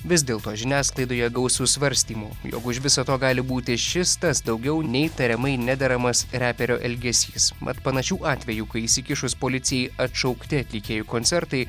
vis dėlto žiniasklaidoje gausu svarstymų jog už viso to gali būti šis tas daugiau nei tariamai nederamas reperio elgesys mat panašių atvejų kai įsikišus policijai atšaukti atlikėjų koncertai